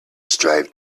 strive